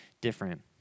different